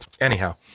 Anyhow